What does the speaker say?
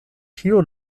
tiu